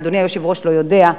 כי אדוני היושב-ראש לא יודע,